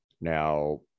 Now